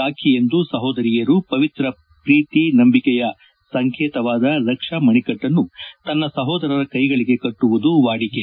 ರಾಖಿಯಂದು ಸಹೋದರಿಯರು ಪವಿತ್ರ ಪ್ರೀತಿ ನಂಬಿಕೆಯ ಸಂಕೇತವಾದ ರಕ್ಷಾ ಮಣಿಕಟ್ಟನ್ನು ತನ್ನ ಸಹೋದರರ ಕೈಗಳಿಗೆ ಕಟ್ಟುವುದು ವಾಡಿಕೆ